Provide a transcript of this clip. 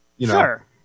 Sure